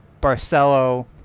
barcelo